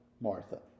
Martha